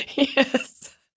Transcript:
Yes